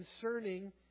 concerning